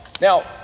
Now